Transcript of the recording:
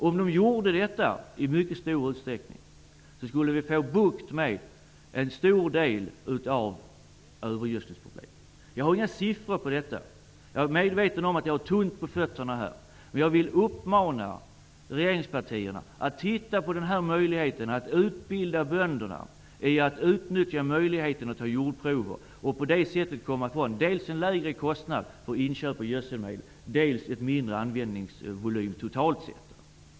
Om de gjorde detta i större utsträckning skulle vi få bukt med en stor del av övergödslingsproblemet. Jag har inga siffror på detta, och jag är medveten om att jag har tunt på fötterna. Jag vill uppmana regeringspartierna att titta på möjligheten att utbilda bönderna i att utnyttja jordprover. På det sättet kan bönderna få en lägre kostnad för inköp av gödsel, och volymen blir totalt sett mindre.